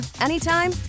anytime